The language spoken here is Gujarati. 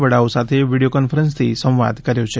વડાઓ સાથે વીડિયો કોન્ફરન્સથી સંવાદ કર્યો છે